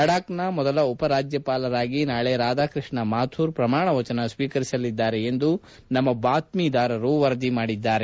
ಲಡಾಖ್ನ ಮೊದಲ ಉಪರಾಜ್ಯಪಾಲರಾಗಿ ನಾಳೆ ರಾಧಾಕೃಷ್ಣ ಮಾಥುರ್ ಪ್ರಮಾಣ ವಚನ ಸ್ವೀಕರಿಸಿಲಿದ್ದಾರೆ ಎಂದು ನಮ್ನ ಬಾತ್ಷೀದಾರರು ವರದಿ ಮಾಡಿದ್ದಾರೆ